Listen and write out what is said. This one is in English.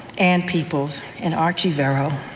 and peoples, and archie verow.